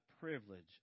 privilege